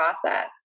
process